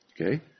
Okay